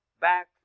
back